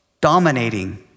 dominating